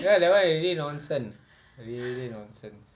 ya that [one] really nonsense really nonsense